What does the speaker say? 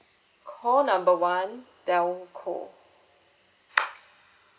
call number one telco